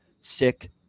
sick